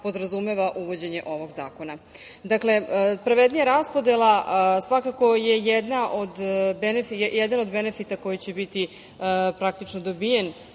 podrazumeva uvođenje ovog zakona. Dakle, pravednija raspodela svakako je jedan od benefita koji će biti praktično dobijen